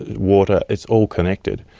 water, it's all connected.